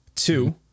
Two